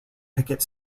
picket